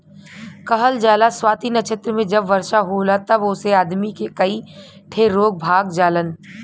कहल जाला स्वाति नक्षत्र मे जब वर्षा होला तब ओसे आदमी के कई ठे रोग भाग जालन